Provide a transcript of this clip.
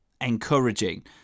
encouraging